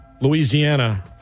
Louisiana